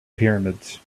pyramids